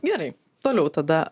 gerai toliau tada